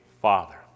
Father